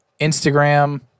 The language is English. Instagram